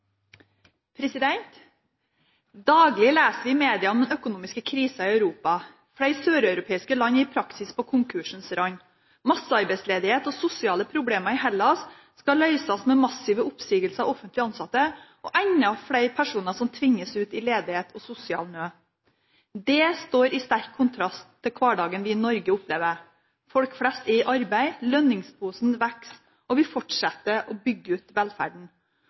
vedtatt. Daglig leser vi i media om den økonomiske krisen i Europa. Flere søreuropeiske land er i praksis på konkursens rand. Massearbeidsledighet og sosiale problemer i Hellas skal løses med massive oppsigelser av offentlig ansatte, og enda flere personer tvinges ut i ledighet og sosial nød. Dette står i sterk kontrast til den hverdagen vi i Norge opplever. Folk flest er i arbeid, lønningsposen vokser, og vi fortsetter å bygge ut velferden,